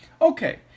Okay